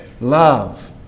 Love